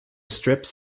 strips